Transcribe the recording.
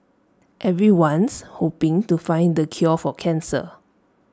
everyone's hoping to find the cure for cancer